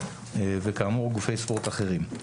וכאמור גופי ספורט אחרים.